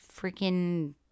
freaking